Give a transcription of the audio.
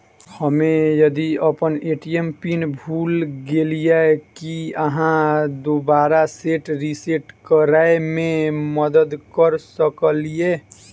हम्मे यदि अप्पन ए.टी.एम पिन भूल गेलियै, की अहाँ दोबारा सेट रिसेट करैमे मदद करऽ सकलिये?